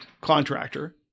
contractor